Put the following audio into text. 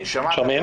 שומעים?